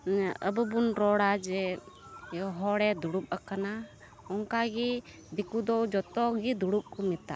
ᱟᱵᱚᱵᱚᱱ ᱨᱚᱲᱟ ᱡᱮ ᱦᱚᱲᱮ ᱫᱩᱲᱩᱵᱽ ᱟᱠᱟᱱᱟ ᱚᱱᱠᱟᱜᱮ ᱫᱤᱠᱩᱫᱚ ᱡᱚᱛᱚᱜᱮ ᱫᱩᱲᱩᱵᱽ ᱠᱚ ᱢᱮᱛᱟᱜᱼᱟ